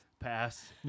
Pass